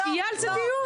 יהיה על זה דיון.